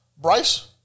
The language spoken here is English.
Bryce